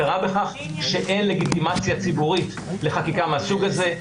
יתכן והפסדתי חלק מהדברים שאמרת,